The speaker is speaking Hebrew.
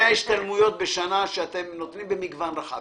השתלמויות בשנה שאתם נותנים במגוון רחב.